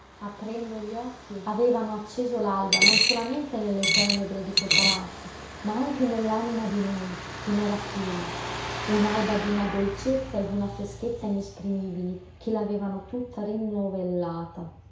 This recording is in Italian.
aprendo gli occhi avevano acceso l'alba non solamente nelle tenebre di quel palazzo ma anche nell'anima di lei che n'era piena un'alba d'una dolcezza e d'una freschezza inesprimibili che l'avevano tutta